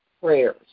prayers